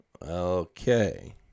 Okay